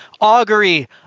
Augury